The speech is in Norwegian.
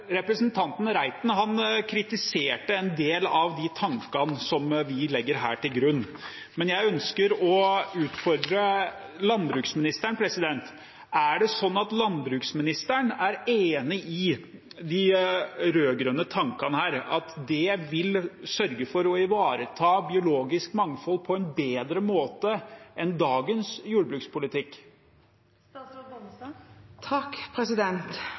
Representanten Reiten kritiserte en del av de tankene som vi legger til grunn her, men jeg ønsker å utfordre landbruksministeren: Er landbruksministeren enig i de rød-grønne tankene, at det vil sørge for å ivareta biologisk mangfold på en bedre måte enn dagens jordbrukspolitikk?